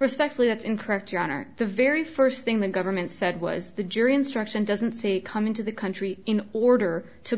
respectfully that's in correct your honor the very first thing the government said was the jury instruction doesn't say come into the country in order to